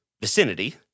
vicinity